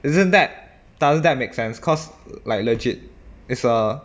isn't that doesn't that make sense cause like legit it's a